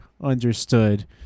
understood